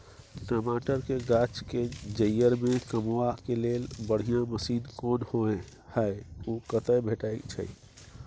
टमाटर के गाछ के जईर में कमबा के लेल बढ़िया मसीन कोन होय है उ कतय भेटय छै?